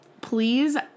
Please